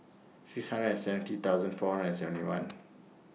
six hundred and seventy thousand four hundred and seventy one